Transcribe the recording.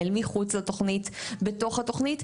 אל מחוץ לתוכנית או בתוך התוכנית,